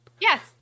Yes